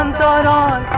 um da da